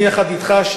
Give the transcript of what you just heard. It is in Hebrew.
אני יחד אתך,